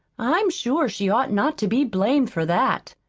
i'm sure she ought not to be blamed for that.